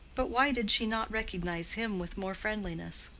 but why did she not recognize him with more friendliness?